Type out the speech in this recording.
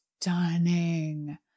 stunning